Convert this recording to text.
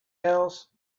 else